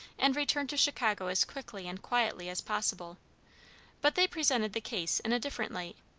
and return to chicago as quickly and quietly as possible but they presented the case in a different light,